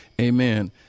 Amen